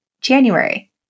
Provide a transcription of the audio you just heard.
January